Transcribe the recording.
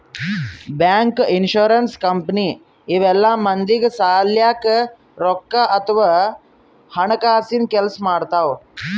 bank, insurance company ಇವೆಲ್ಲ ಮಂದಿಗ್ ಸಲ್ಯಾಕ್ ರೊಕ್ಕದ್ ಅಥವಾ ಹಣಕಾಸಿನ್ ಕೆಲ್ಸ್ ಮಾಡ್ತವ್